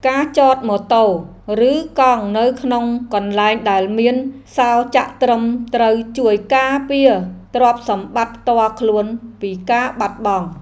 ការចតម៉ូតូ ឬកង់នៅក្នុងកន្លែងដែលមានសោរចាក់ត្រឹមត្រូវជួយការពារទ្រព្យសម្បត្តិផ្ទាល់ខ្លួនពីការបាត់បង់។